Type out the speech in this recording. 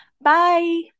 Bye